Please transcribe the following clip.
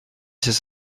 c’est